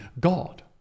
God